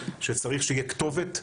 שצריך שתהיה כתובת,